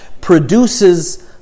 produces